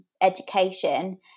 education